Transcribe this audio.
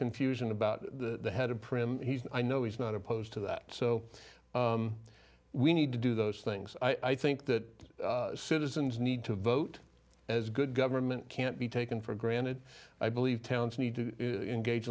confusion about the head of prim i know he's not opposed to that so we need to do those things i think that citizens need to vote as good government can't be taken for granted i believe towns need to engage